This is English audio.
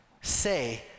say